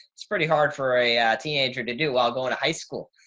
it's pretty hard for a teenager to do. i'll go on to high school.